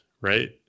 right